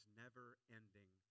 never-ending